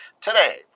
today